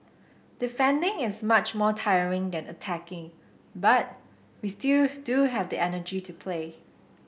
defending is much more tiring than attacking but we still do have the energy to play